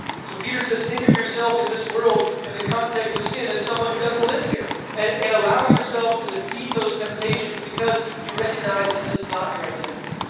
so peter says, think of yourself in this world, in the context of seeing as someone who doesn't live here, and and allow yourself to defeat those temptations because you recognize this is not your identity.